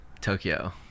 Tokyo